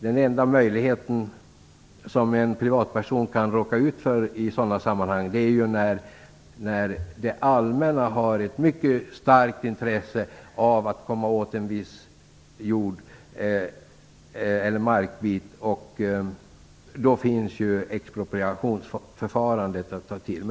Det enda som en privatperson kan råka ut för i sådana sammanhang är att det allmänna har ett mycket starkt intresse av att komma åt en viss jordeller markbit, och då finns ju expropriationsförfarandet att ta till.